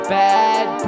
bad